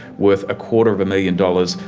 worth a quarter of a million dollars,